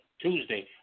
Tuesday